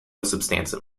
substantive